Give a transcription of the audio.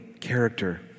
character